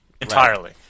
entirely